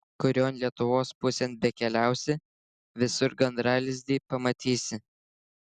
kurion lietuvos pusėn bekeliausi visur gandralizdį pamatysi